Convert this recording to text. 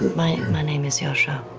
my my name is yasha.